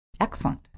Excellent